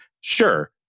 Sure